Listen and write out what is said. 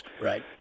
Right